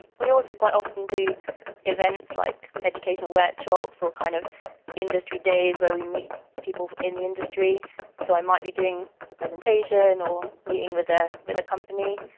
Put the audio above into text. we also quite often do events like educational workshops or kind of industry days where we meet people in the industry so i might be doing a presentation or meeting with a with a company,